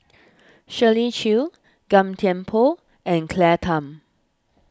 Shirley Chew Gan Thiam Poh and Claire Tham